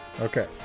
Okay